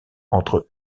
entre